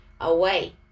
away